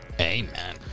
Amen